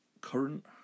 current